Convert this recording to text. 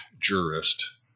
jurist